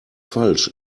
falsch